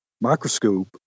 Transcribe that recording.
microscope